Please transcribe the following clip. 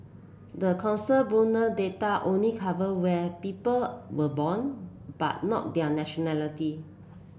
the Census Bureau data only cover where people were born but not their nationality